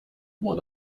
what